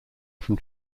from